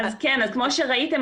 --- כמו שראיתם,